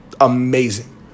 amazing